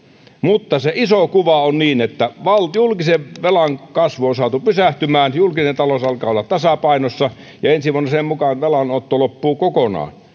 mutta iso kuva on niin että julkisen velan kasvu on saatu pysähtymään julkinen talous alkaa olla tasapainossa ja ensi vuonna sen mukaan velanotto loppuu kokonaan tämä